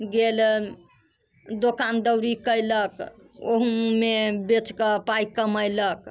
गेल दोकान दौड़ी कयलक ओहूमे बेचके पाइ कमैलक